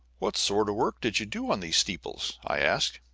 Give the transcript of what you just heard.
what sort of work did you do on these steeples? i asked.